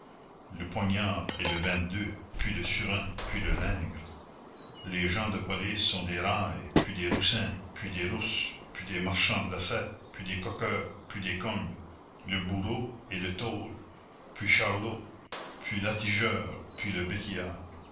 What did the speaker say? le poignard est le vingt-deux puis le surin puis le lingre les gens de police sont des railles puis des roussins puis des rousses puis des marchands de lacets puis des coqueurs puis des cognes le bourreau est le taule puis charlot puis l'atigeur puis le